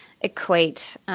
equate –